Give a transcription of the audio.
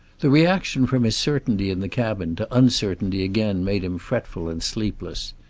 the reaction from his certainty in the cabin to uncertainty again made him fretful and sleepless.